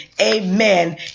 amen